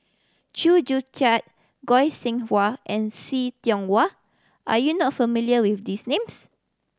Chew Joo Chiat Goi Seng Hui and See Tiong Wah are you not familiar with these names